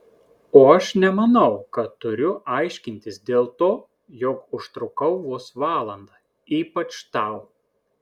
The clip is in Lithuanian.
o aš nemanau kad turiu aiškintis dėl to jog užtrukau vos valandą ypač tau